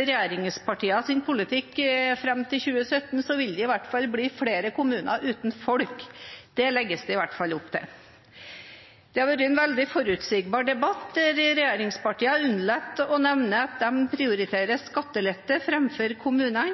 regjeringspartienes politikk fram til 2017, vil det iallfall bli flere kommuner uten folk. Det legges det i hvert fall opp til. Det har vært en veldig forutsigbar debatt, der regjeringspartiene har unnlatt å nevne at de prioriterer skattelette framfor kommunene.